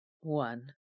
one